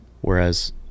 Whereas